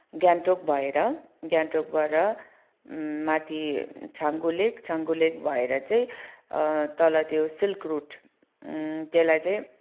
गान्तोक भएर गान्तोकबाट माथि छाङ्गु लेक छाङ्गु लेक भएर चाहिँ तल त्यो सिल्क रुट त्यसलाई चाहिँ